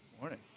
morning